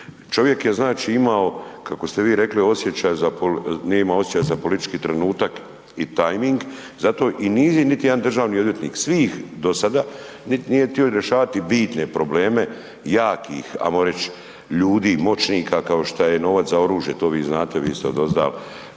Čovjek je znači imao, kako ste vi rekli osjećaj za, nema osjećaj za politički trenutak i tajming, zato i nije niti jedan državnih odvjetnik svih do sada, nije htio rješavati bitne probleme, jakih, hajmo reći, ljudi, moćnika, kao što je novac za oružje, to vi znate, vi ste odozda